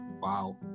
Wow